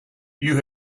you